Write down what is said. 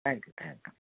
thank you thank you